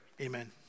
amen